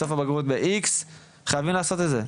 בסוף הבגרות באיקס חייבים לעשות את זה,